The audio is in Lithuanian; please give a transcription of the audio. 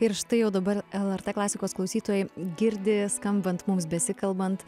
ir štai jau dabar lrt klasikos klausytojai girdi skambant mums besikalbant